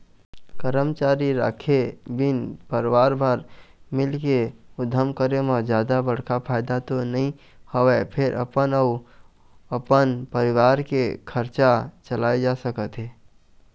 करमचारी राखे बिन परवार भर मिलके उद्यम करे म जादा बड़का फायदा तो नइ होवय फेर अपन अउ अपन परवार के खरचा चलाए जा सकत हे